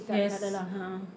yes ah ah